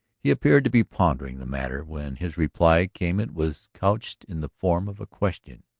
he appeared to be pondering the matter. when his reply came it was couched in the form of a question